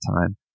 time